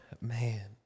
man